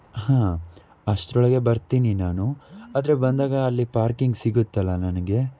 ಹಾಂ ಅಷ್ಟರೊಳಗೆ ಬರ್ತೀನಿ ನಾನು ಆದರೆ ಬಂದಾಗ ಅಲ್ಲಿ ಪಾರ್ಕಿಂಗ್ ಸಿಗುತ್ತಲ್ವಾ ನನಗೆ